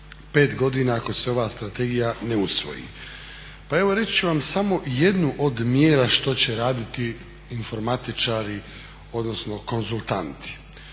5 godina ako se ova strategija ne usvoji. Pa evo reći ću vam samo jednu od mjere što će raditi informatičari, odnosno konzultanti.